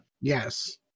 Yes